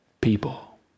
people